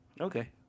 Okay